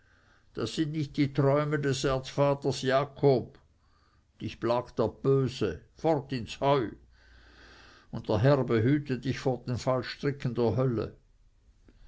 das sind nicht die träume des erzvaters jakob dich plagt der böse fort ins heu und der herr behüte dich vor den fallstricken der hölle